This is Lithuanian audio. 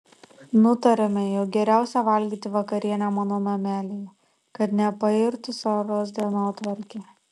nutariame jog geriausia valgyti vakarienę mano namelyje kad nepairtų saros dienotvarkė